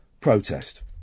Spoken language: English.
protest